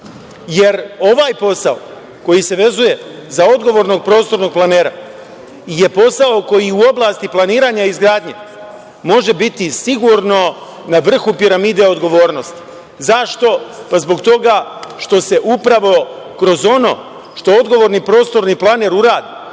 Jer, ovaj posao koji se vezuje za odgovornog prostornog planera je posao koji u oblasti planiranja i izgradnje može biti sigurno na vrhu piramide odgovornost. Zašto? Zbog toga što se upravo kroz ono što odgovorni prostorni planer uradi